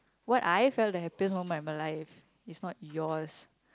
what I felt the happiest moment of my life is not yours